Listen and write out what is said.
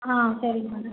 ஆ சேரிங்க மேடம்